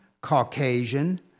Caucasian